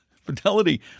Fidelity